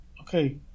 Okay